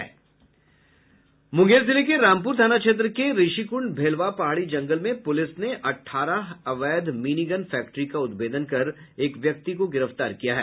मुंगेर जिले के रामपुर थाना क्षेत्र के ऋषिकुंड भेलवा पहाड़ी जंगल में पुलिस ने अठारह अवैध मिनी गन फैक्ट्री का उद्भेदन कर एक व्यक्ति को गिरफ्तार किया है